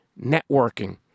Networking